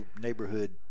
neighborhood